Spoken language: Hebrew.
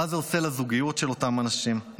מה זה עושה לזוגיות של אותם אנשים,